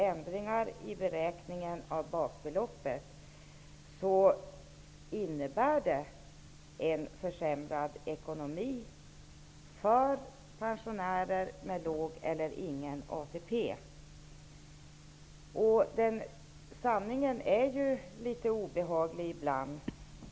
Ändringar i beräkningen av basbeloppet innebär dock en försämrad ekonomi för pensionärer med låg eller ingen ATP. Sanningen är litet obehaglig ibland.